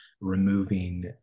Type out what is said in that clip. removing